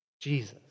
Jesus